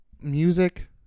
music